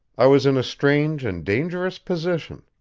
i was in a strange and dangerous position.